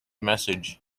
message